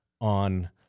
on